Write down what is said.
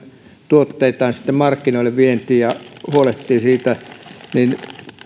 tuotteitaan markkinoille vientiin ja huolehtimaan siitä